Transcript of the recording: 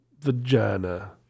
vagina